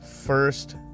first